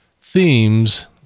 Themes